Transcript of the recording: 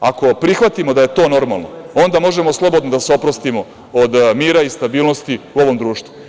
Ako prihvatimo da je to normalno, onda možemo slobodno da se oprostimo od mira i stabilnosti u ovom društvu.